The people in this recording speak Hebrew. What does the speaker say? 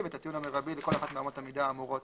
ואת הטיעון המרבי לכל אחד מאמות המידה האמורות.